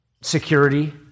security